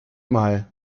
mal